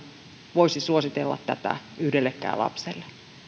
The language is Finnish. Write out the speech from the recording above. voisi suositella tätä yhdellekään lapselle